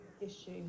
issue